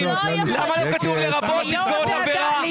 למה לא כתוב לרבות נפגעות עבירה?